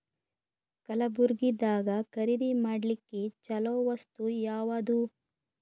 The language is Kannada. ಕಲಬುರ್ಗಿದಾಗ ಖರೀದಿ ಮಾಡ್ಲಿಕ್ಕಿ ಚಲೋ ವಸ್ತು ಯಾವಾದು?